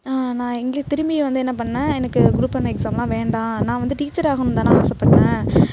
நான் இங்கே திரும்பியும் வந்து என்ன பண்ணிணேன் எனக்கு குரூப் ஒன் எக்ஸாம்லாம் வேண்டாம் நான் வந்து டீச்சராகணுன்னு தான் நான் ஆசைப்பட்டேன்